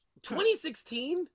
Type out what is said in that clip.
2016